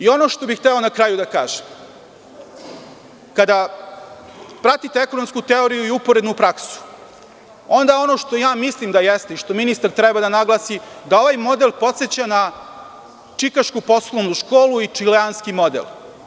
Ono što bih hteo na kraju da kažem, kada pratite ekonomsku teoriju i uporednu praksu, onda ono što ja mislim da jeste i što ministar treba da naglasi je da ovaj modelpodseća na čikašku poslovnu školu i čileanski model.